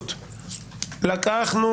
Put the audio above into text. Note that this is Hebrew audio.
ניקח את